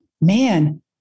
man